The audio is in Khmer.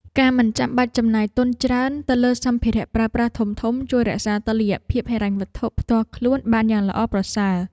ការមិនបាច់ចំណាយទុនច្រើនទៅលើសម្ភារៈប្រើប្រាស់ធំៗជួយរក្សាតុល្យភាពហិរញ្ញវត្ថុផ្ទាល់ខ្លួនបានយ៉ាងល្អប្រសើរ។